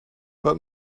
but